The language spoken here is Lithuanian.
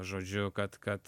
žodžiu kad kad